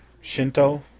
Shinto